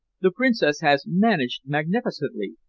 the princess has managed magnificently,